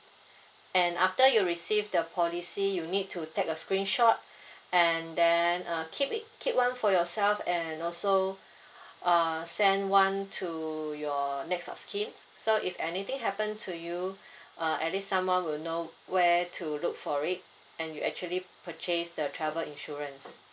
and after you receive the policy you need to take a screenshot and then uh keep it keep one for yourself and also uh send one to your next of kin so if anything happen to you uh at least someone will know where to look for it and you actually purchase the travel insurance